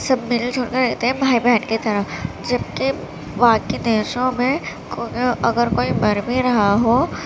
سب مل جل کر رہتے بھائی بہن کی طرح جبکہ باقی دیشوں میں اگر کوئی مر بھی رہا ہو